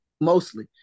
mostly